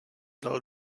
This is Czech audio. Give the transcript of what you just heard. dal